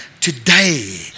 today